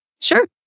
Sure